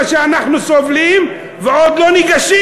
מה שאנחנו סובלים ועוד לא ניגשים.